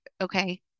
okay